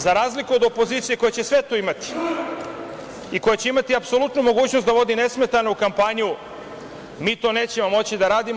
Za razliku od opozicije koja će sve to imati i koja će imati apsolutnu mogućnost da vodi nesmetanu kampanju, mi to nećemo moći da radimo.